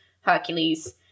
Hercules